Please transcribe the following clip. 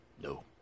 no